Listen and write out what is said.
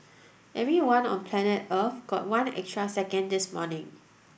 everyone on planet Earth got one extra second this morning